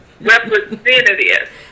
representative